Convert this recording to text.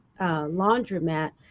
laundromat